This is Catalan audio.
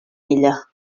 ella